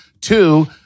Two